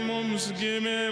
mums gimė